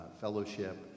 fellowship